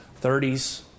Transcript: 30s